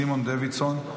סימון דוידסון,